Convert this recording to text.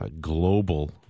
global